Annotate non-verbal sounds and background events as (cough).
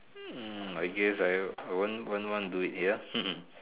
hmm I guess I won't won't want to do it here (laughs)